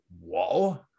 whoa